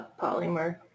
polymer